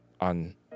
on